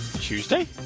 Tuesday